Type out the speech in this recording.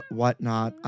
whatnot